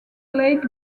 lake